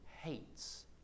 hates